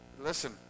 Listen